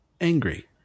angry